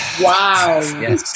Wow